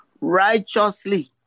righteously